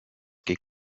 che